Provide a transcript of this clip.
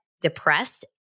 Depressed